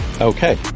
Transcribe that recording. Okay